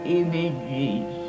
images